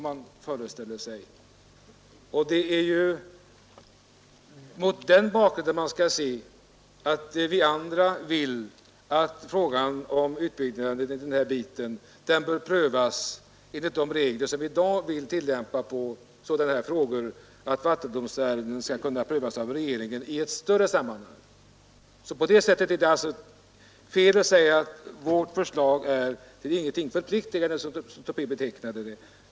Mot den bakgrunden skall man se att vi andra vill att frågan om en utbyggnad av denna bit bör prövas enligt de regler vi i dag tillämpar på sådana här frågor, alltså att vattendomstolsärenden skall kunna prövas av regeringen i ett större sammanhang, Därför är det fel att säga att vårt förslag är till ingenting förpliktande, som herr Tobé uttryckte sig.